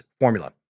formula